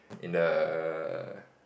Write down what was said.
in the